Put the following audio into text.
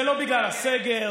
זה לא בגלל הסגר,